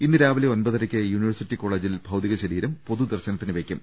ഇന്നുരാവിലെ ഒമ്പതരയ്ക്ക് യൂണിവേഴ്സിറ്റി കോളേജിൽ ഭൌതികശരീരം പൊതുദർശനത്തിനുവെക്കും